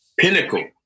pinnacle